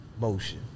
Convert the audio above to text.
Motion